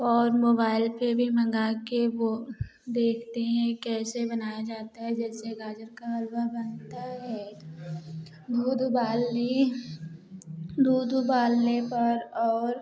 और मोबाइल पर भी मंगा कर वो देखते हैं कैसे बनाया जाता है जैसे गाजर का हलुआ बनता है दूध उबाल लिए दूध उबालने पर और